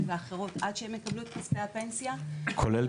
ואחרות עד שהם יקבלו את כספי הפנסיה --- כולל